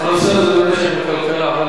הנושא הזה באמת שייך לכלכלה.